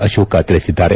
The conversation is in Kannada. ಅಶೋಕ್ ತಿಳಿಸಿದ್ದಾರೆ